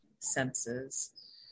senses